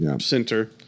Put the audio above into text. center